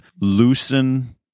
loosen